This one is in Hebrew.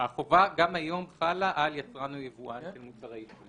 החובה גם היום חלה על יצרן או יבואן של מוצרי טבק.